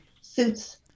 suits